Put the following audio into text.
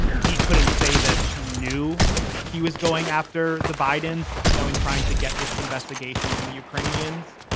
he couldn't say that he knew he was going after the bidens. you know, in trying to get this investigation from the ukrainians,